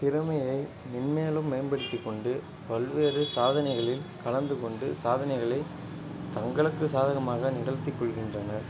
திறமையை மென்மேலும் மேம்படுத்திக் கொண்டு பல்வேறு சாதனைகளில் கலந்து கொண்டு சாதனைகளை தங்களுக்கு சாதகமாக நிகழ்த்தி கொள்கின்றனர்